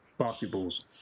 basketballs